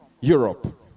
Europe